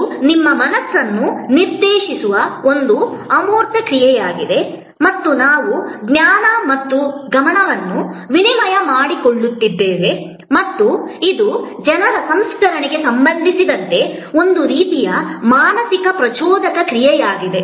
ಇದು ನಿಮ್ಮ ಮನಸ್ಸನ್ನು ನಿರ್ದೇಶಿಸುವ ಒಂದು ಅಮೂರ್ತ ಕ್ರಿಯೆಯಾಗಿದೆ ಮತ್ತು ನಾವು ಜ್ಞಾನ ಮತ್ತು ಗಮನವನ್ನು ವಿನಿಮಯ ಮಾಡಿಕೊಳ್ಳುತ್ತಿದ್ದೇವೆ ಮತ್ತು ಇದು ಜನರ ಸಂಸ್ಕರಣೆಗೆ ಸಂಬಂಧಿಸಿದಂತೆ ಒಂದು ರೀತಿಯ ಮಾನಸಿಕ ಪ್ರಚೋದಕ ಪ್ರಕ್ರಿಯೆಯಾಗಿದೆ